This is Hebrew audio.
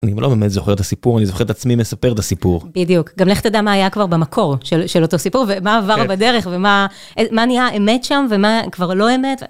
אני לא באמת זוכר את הסיפור, אני זוכר את עצמי מספר את הסיפור. בדיוק. גם לך תדע מה היה כבר במקור של אותו סיפור, ומה אבד בדרך, ומה נהיה אמת שם ומה כבר לא אמת.